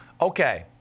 okay